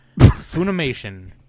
Funimation